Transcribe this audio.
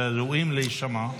וראויים להישמע.